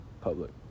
public